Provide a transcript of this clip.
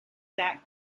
that